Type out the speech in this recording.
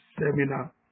seminar